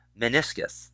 meniscus